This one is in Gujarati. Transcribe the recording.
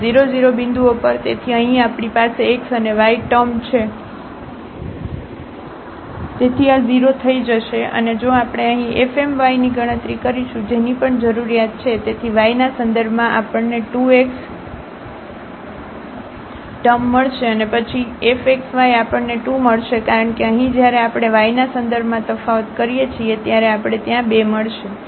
અને 0 0 બિંદુઓ પર તેથી અહીં આપણી પાસે x અને y ટર્મ છે તેથી આ 0 થઈ જશે અને જો આપણે અહીં fmy ની ગણતરી કરીશું જેની પણ જરૂરિયાત છે તેથી y ના સંદર્ભમાં આપણને 2 x ટર્મ મળશે અને પછી fxy આપણને 2 મળશે કારણ કે અહીં જ્યારે આપણે yના સંદર્ભમાં તફાવત કરીએ છીએ ત્યારે આપણે ત્યાં 2 મળશે